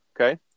Okay